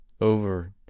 over